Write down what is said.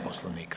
Poslovnika.